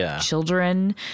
children